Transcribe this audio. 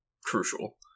crucial